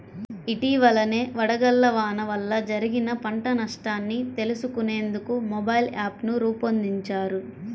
ఇటీవలనే వడగళ్ల వాన వల్ల జరిగిన పంట నష్టాన్ని తెలుసుకునేందుకు మొబైల్ యాప్ను రూపొందించారు